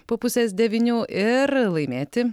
po pusės devynių ir laimėti